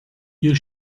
you